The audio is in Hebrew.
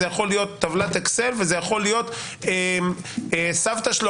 זה יכול להיות טבלת אקסל או סבתא שלו